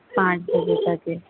پانچ بجے تک ہے